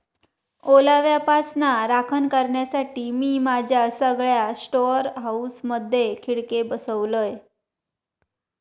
ओलाव्यापासना राखण करण्यासाठी, मी माझ्या सगळ्या स्टोअर हाऊसमधे खिडके बसवलय